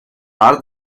are